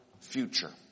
future